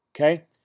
Okay